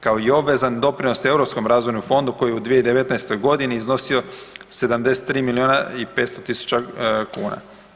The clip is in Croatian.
Kao i obvezan doprinos europskom razvojnom fondu koji je u 2019. g. iznosio 73 milijuna i 500 000 kuna.